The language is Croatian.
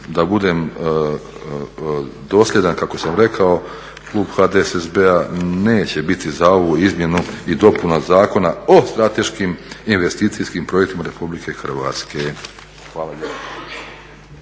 da budem dosljedan kako sam rekao, klub HDSSB-a neće biti za ovu izmjenu i dopunu Zakona o strateškim investicijskim projektima RH. Hvala lijepa.